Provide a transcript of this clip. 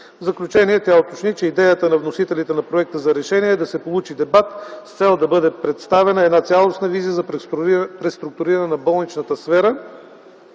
В заключение тя уточни, че идеята на вносителите на Проекта за решение е да се получи дебат с цел да бъде представена една цялостна визия за преструктуриране на болничната сфера